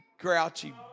grouchy